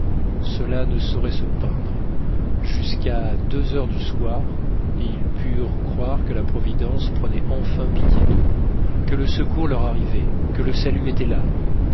cela ne saurait se peindre jusqu'à deux heures du soir ils purent croire que la providence prenait enfin pitié d'eux que le secours leur arrivait que le salut était là